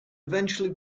eventually